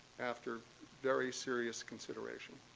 after very serious consideration.